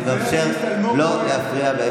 אני מבקש לא להפריע באמצע,